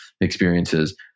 experiences